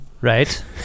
Right